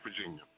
Virginia